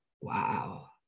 wow